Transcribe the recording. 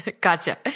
Gotcha